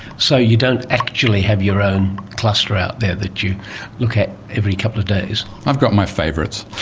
so you don't actually have your own cluster out there that you look at every couple of days? i've got my favourites.